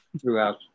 throughout